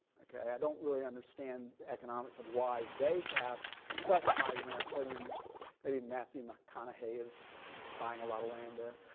ok. i don't really understand the economics of why they have such high rents and i mean maybe matthew mcconaughey is buying a lot of land there.